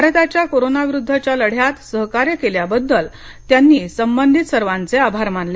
भारताच्या कोरोना विरुद्धच्या लढ्यात सहकार्य केल्या बद्दल त्यांनी संबंधित सर्वांचे आभार मानले